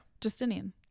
Justinian